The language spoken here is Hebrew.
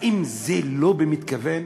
האם זה לא במתכוון?